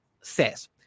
says